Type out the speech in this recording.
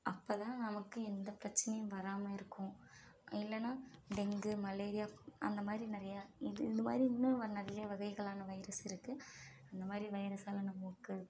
அப்போ தான் நமக்கு எந்த பிரச்சனையும் வராமல் இருக்கும் இல்லைனா டெங்கு மலேரியா அந்த மாதிரி நிறையா இது இந்த மாதிரி இன்னும் நிறையா வகைகளான வைரஸ் இருக்குது அந்த மாதிரி வைரஸெலாம் நமக்கு